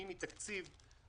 מיני תקציב.